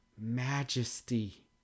majesty